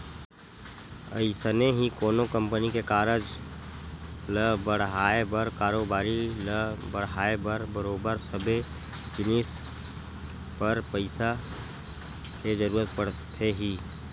अइसने ही कोनो कंपनी के कारज ल बड़हाय बर कारोबारी ल बड़हाय बर बरोबर सबे जिनिस बर पइसा के जरुरत पड़थे ही